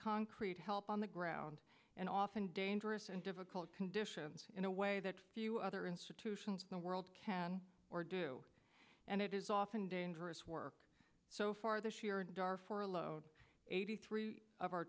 concrete help on the ground and often dangerous and difficult conditions in a way that few other institutions in the world can do and it is often dangerous work so far this year and are for a load eighty three of our